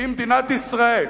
במדינת ישראל,